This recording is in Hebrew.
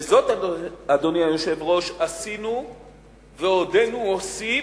וזאת, אדוני היושב-ראש, עשינו ועודנו עושים,